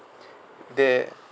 they